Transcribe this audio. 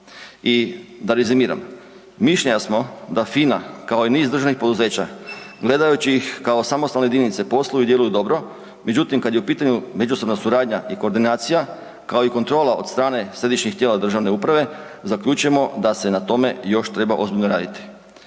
I da rezimiram, mišljenja smo da HINA kao i niz državnih poduzeća gledajući ih kao samostalne jedinice posluju i djeluju dobro međutim kad je u pitanju međusobna suradnja i koordinacija kao i kontrola od strane središnjih tijela državne uprave zaključujemo da se na tome još treba ozbiljno raditi.